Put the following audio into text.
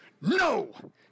no